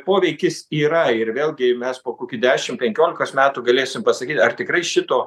poveikis yra ir vėlgi mes po kokių dešimt penkiolikos metų galėsim pasakyt ar tikrai šito